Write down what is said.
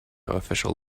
official